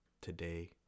today